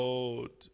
Lord